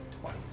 twice